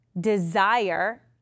desire